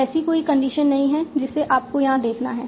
ऐसी कोई कंडीशन नहीं है जिसे आपको यहां देखना है